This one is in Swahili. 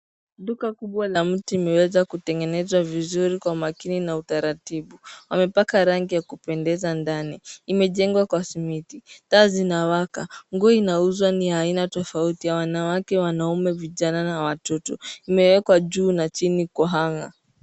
Duka kubwa la mti imeweza kutengenezwa vizuri kwa makini na utaratibu. Wamepaka rangi ya kupendeza ndani. Imejengwa kwa simiti. Taa zinawaka. Nguo inauzwa ni ya aina tofauti, ya wanawake, wanaume, vijana, na watoto. Imewekwa juu na chini kwa hanger .